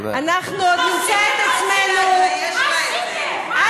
אנחנו עוד נמצא את עצמנו, מה עשיתם, מה?